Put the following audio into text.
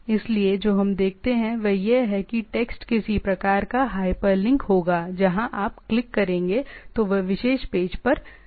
इसलिए जो हम देखते हैं वह यह है कि टेक्स्ट किसी प्रकार का हाइपरलिंक होगा जहां आप क्लिक करेंगे तो वह उस विशेष पेज पर जाएगा